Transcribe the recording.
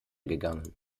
gegangen